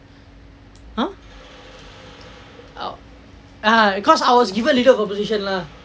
!huh! ah cause I was given leader of opposition lah